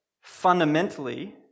fundamentally